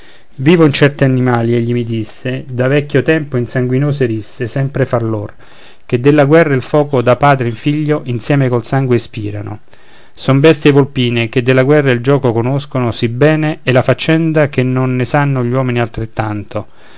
vivon certi animali egli mi disse da vecchio tempo in sanguinose risse sempre fra lor che della guerra il foco da padre in figlio insiem col sangue ispirano sono bestie volpine che della guerra il gioco conoscono sì bene e la faccenda che non ne sanno gli uomini altrettanto